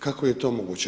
Kako je to moguće?